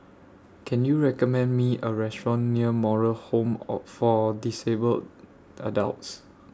Can YOU recommend Me A Restaurant near Moral Home Or For Disabled Adults